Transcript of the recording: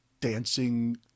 dancing